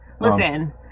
Listen